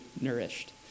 nourished